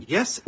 Yes